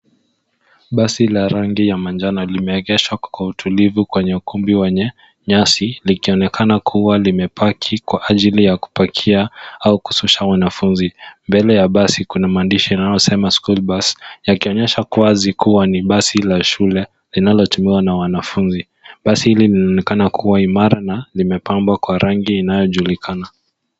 Basi la rangi ya manjano limeegeshwa kwa utulivu kwenye ukumbi wenye nyasi, likionekana kuwa limepaki kwa ajili ya kupakia au kushusha wanafunzi. Mbele ya basi kuna maandishi inayosema school bus yakionyesha kuwa ni basi la shule linalotumiwa na wanafunzi. Basi hili linaonekana kuwa imara na limepambwa kwa rangi inayojulikana.